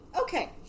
Okay